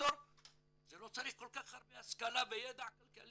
ודירקטור לא צריך כל כך הרבה השכלה וידע כלכלי,